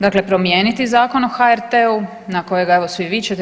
Dakle, promijeniti Zakon o HRT-u na kojeg evo svi vičete.